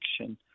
action